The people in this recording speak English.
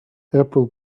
april